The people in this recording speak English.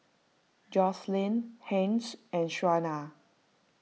Joselin Hence and Shawnna